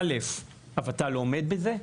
א׳ כי הות״ל לא עומד בזה,